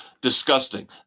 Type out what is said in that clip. disgusting